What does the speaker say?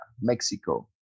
Mexico